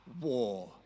war